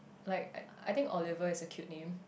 like I I think Oliver is a cute name